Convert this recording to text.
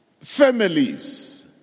families